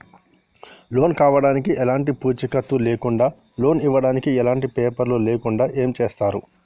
Loan కావడానికి ఎలాంటి పూచీకత్తు లేకుండా లోన్ ఇవ్వడానికి ఎలాంటి పేపర్లు లేకుండా ఏం చేస్తారు?